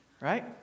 right